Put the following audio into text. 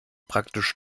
praktisch